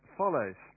follows